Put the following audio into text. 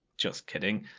just kidding,